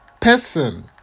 person